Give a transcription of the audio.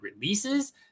releases